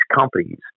companies